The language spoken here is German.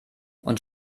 und